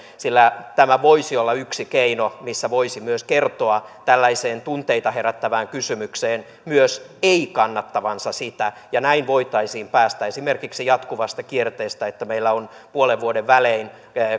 sillä tämä voisi olla yksi keino millä voisi myös kertoa tällaiseen tunteita herättävään kysymykseen myös ei kannattavansa sitä ja näin voitaisiin päästä esimerkiksi jatkuvasta kierteestä että meillä on puolen vuoden välein